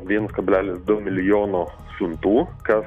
viens kablelis du milijono siuntų kas